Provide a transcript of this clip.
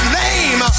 name